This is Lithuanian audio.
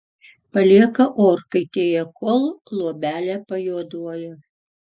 palieka orkaitėje kol luobelė pajuoduoja